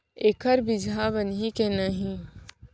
एखर बीजहा बनही के नहीं?